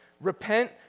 Repent